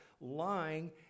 lying